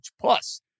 Plus